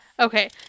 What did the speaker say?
Okay